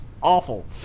awful